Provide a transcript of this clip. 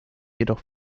jedoch